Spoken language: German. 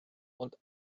und